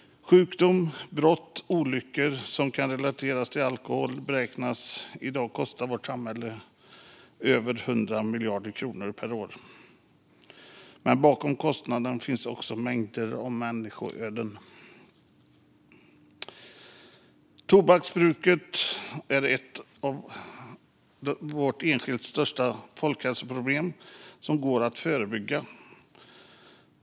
Sjukdom, brott och olyckor som kan relateras till alkohol beräknas i dag kosta vårt samhälle över 100 miljarder kronor per år. Men bakom kostnaderna finns också mängder av människoöden. Tobaksbruket är ett av våra enskilt största folkhälsoproblem som går att förebygga.